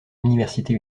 université